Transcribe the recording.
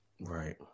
Right